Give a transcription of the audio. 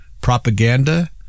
propaganda